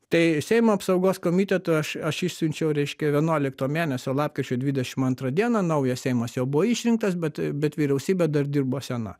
tai seimo apsaugos komitetui aš aš išsiunčiau reiškia vienuolikto mėnesio lapkričio dvidešimt antrą dieną naujas seimas jau buvo išrinktas bet bet vyriausybė dar dirbo sena